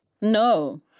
No